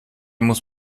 muss